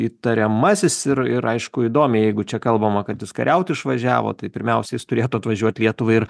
įtariamasis ir ir aišku įdomiai jeigu čia kalbama kad jis kariaut išvažiavo tai pirmiausiai turėtų atvažiuot lietuvai ir